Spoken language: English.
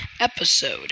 episode